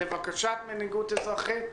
לבקשת מנהיגות אזרחית,